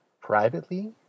privately